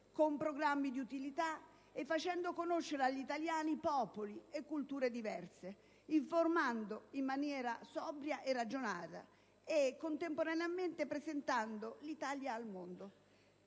con programmi di utilità, facendo conoscere agli italiani popoli e culture diverse, informando in maniera sobria e ragionata e contemporaneamente presentando l'Italia al mondo.